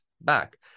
back